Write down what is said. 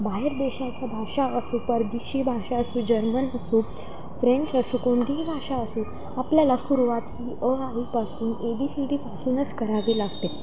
बाहेर देशाच्या भाषा असो परदेशी भाषा असू जर्मन असू फ्रेंच असो कोणतीही भाषा असो आपल्याला सुरवात अ आ ई पासून ए बी सि डी पासूनच करावी लागते